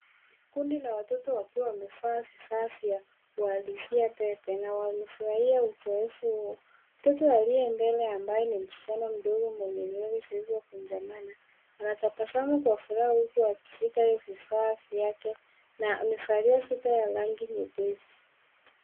Kundi la watoto wakiwa wamevaa vifaa vya uhalisia pepe na wanafurahia uzoefu huo. Mtoto aliye mbele ambaye ni msichana mdogo mwenye nywele zilizokunjamana anatabasamu kwa furaha huku akishika vifaa vyake na amevalia sweta ya rangi nyepesi.